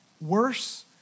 worse